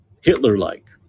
Hitler-like